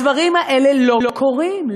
הדברים האלה לא קורים.